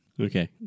Okay